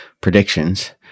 predictions